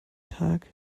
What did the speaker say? tag